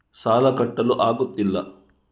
ಸಾಲ ಕಟ್ಟಲು ಆಗುತ್ತಿಲ್ಲ